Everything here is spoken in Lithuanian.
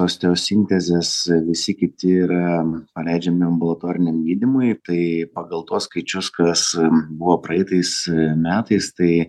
osteosintezės visi kiti yra paleidžiami ambulatoriniam gydymui tai pagal tuos skaičius kas am buvo praeitais metais tai